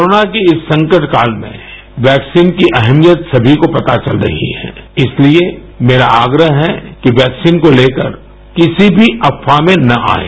corona की इस संकट काल में वैक्सीन की अहमियत सभी को पता चल गई है इसलिए मेरा आग्रह है कि वैक्सीन को लेकर किसी मी अफ़वाह में न आएं